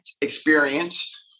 experience